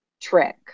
trick